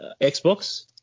Xbox